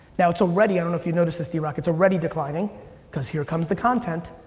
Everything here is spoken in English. now, it's already, i don't know if you notice this, d rocks, it's already declining cause here comes the content.